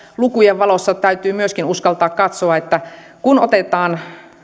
lukujen valossa täytyy myöskin uskaltaa katsoa kun otetaan